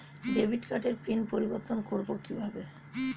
Debit কার্ডের PIN পরিবর্তন করবো কীভাবে?